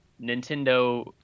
Nintendo